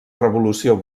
revolució